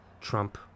Trump